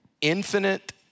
infinite